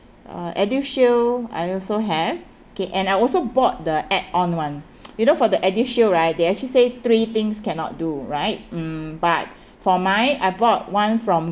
uh ElderShield I also have okay and I also bought the add on one you know for the ElderShield right they actually say three things cannot do right mm but for mine I bought one from